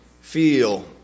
feel